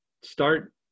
start